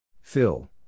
Phil